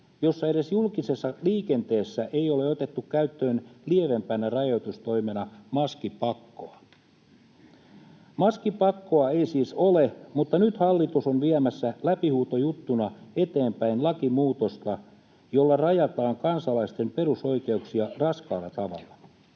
jossa edes julkisessa liikenteessä ei ole otettu käyttöön lievempänä rajoitustoimena maskipakkoa. Maskipakkoa ei siis ole, mutta nyt hallitus on viemässä läpihuutojuttuna eteenpäin lakimuutosta, jolla rajataan kansalaisten perusoikeuksia raskaalla tavalla.